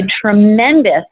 tremendous